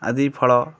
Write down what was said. ଆଦି ଫଳ